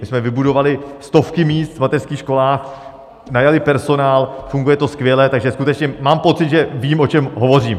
My jsme vybudovali stovky míst v mateřských školách, najali personál, funguje to skvěle, takže skutečně mám pocit, že vím, o čem hovořím.